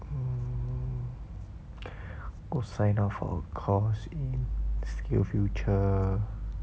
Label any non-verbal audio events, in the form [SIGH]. mm [BREATH] go sign up for a course in SkillsFuture